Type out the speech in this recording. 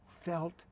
felt